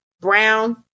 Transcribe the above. brown